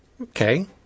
Okay